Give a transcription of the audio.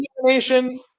Nation